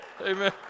Amen